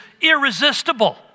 irresistible